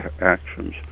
actions